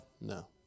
No